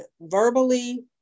verbally